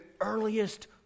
earliest